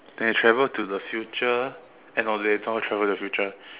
then they travel to the future eh no they don't travel to the future